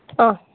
অ